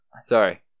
sorry